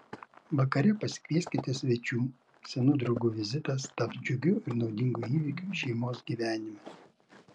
vakare pasikvieskite svečių senų draugų vizitas taps džiugiu ir naudingu įvykiu šeimos gyvenime